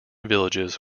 villages